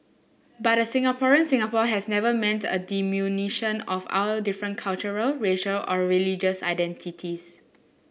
but a Singaporean Singapore has never meant a diminution of our different cultural racial or religious identities